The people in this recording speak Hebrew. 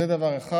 זה, דבר אחד.